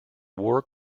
war